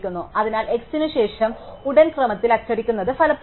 അതിനാൽ x ന് ശേഷം ഉടൻ ക്രമത്തിൽ അച്ചടിക്കുന്നത് ഫലപ്രദമാണ്